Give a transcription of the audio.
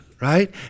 right